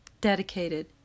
dedicated